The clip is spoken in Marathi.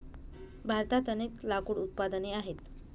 भारतात अनेक लाकूड उत्पादने आहेत